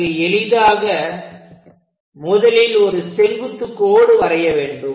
அதற்கு எளிதாக முதலில் ஒரு செங்குத்து கோடு வரைய வேண்டும்